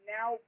Now